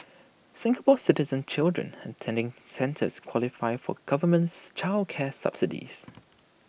Singapore Citizen children attending centres qualify for governments child care subsidies